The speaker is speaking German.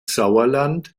sauerland